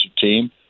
team